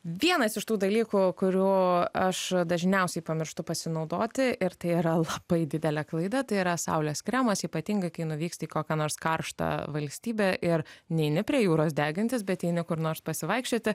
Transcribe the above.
vienas iš tų dalykų kurių aš dažniausiai pamirštu pasinaudoti ir tai yra labai didelė klaida tai yra saulės kremas ypatingai kai nuvyksti į kokią nors karštą valstybę ir neini prie jūros degintis bet eini kur nors pasivaikščioti